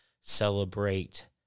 celebrate